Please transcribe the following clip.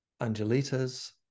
Angelita's